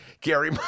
Gary